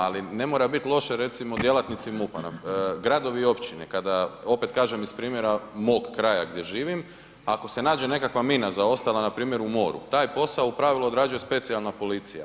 Ali ne mora biti loše, recimo djelatnici MUP-a, gradovi i općine, kada, opet kažem, iz primjera mog kraja gdje živim, ako se nađe nekakva mina zaostala npr. u moru, taj posao u pravilu odrađuje spacijalna policija.